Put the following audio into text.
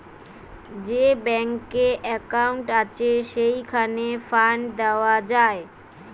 যে ব্যাংকে একউন্ট আছে, সেইখানে ফান্ড দেওয়া যায়